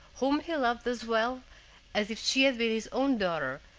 whom he loved as well as if she had been his own daughter,